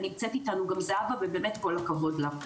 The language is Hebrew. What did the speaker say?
ונמצאת איתנו גם זהבה ובאמת כל הכבוד לה.